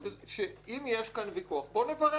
אם יש פה ויכוח, בוא נמצה אותו.